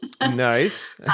Nice